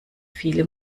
viele